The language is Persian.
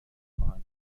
خواهم